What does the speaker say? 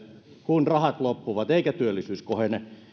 kun rahat loppuvat eikä työllisyys kohene